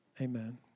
amen